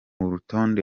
rutonde